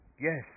yes